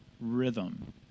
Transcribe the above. rhythm